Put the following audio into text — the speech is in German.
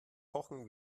pochen